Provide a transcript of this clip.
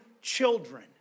children